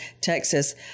Texas